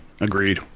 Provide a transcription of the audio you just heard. agreed